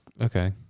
okay